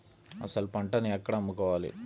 అసలు పంటను ఎక్కడ అమ్ముకోవాలి?